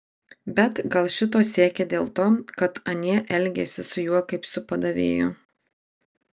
bet gal šito siekė dėl to kad anie elgėsi su juo kaip su padavėju